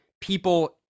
people